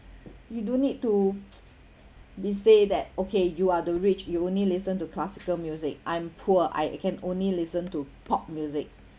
you don't need to be say that okay you are the rich you only listen to classical music I'm poor I can only listen to pop music